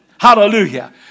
Hallelujah